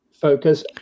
focus